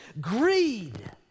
greed